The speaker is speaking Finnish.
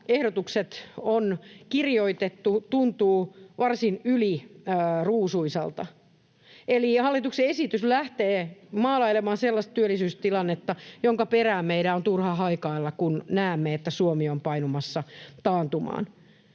ehdotukset on kirjoitettu, tuntuu varsin yliruusuiselta. Eli hallituksen esitys lähtee maalailemaan sellaista työllisyystilannetta, jonka perään meidän on turha haikailla, kun näemme, että Suomi on painumassa taantumaan.